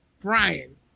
Brian